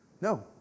No